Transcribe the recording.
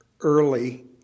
early